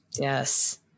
Yes